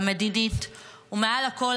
המדינית ומעל הכול,